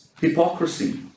hypocrisy